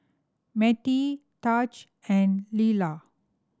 Mettie Taj and Lelar